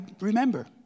remember